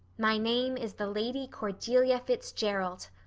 my name is the lady cordelia fitzgerald.